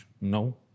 no